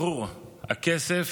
ברור, הכסף